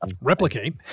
replicate